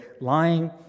lying